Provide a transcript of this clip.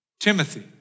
Timothy